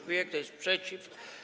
Kto jest przeciw?